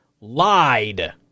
lied